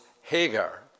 Hagar